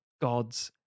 Gods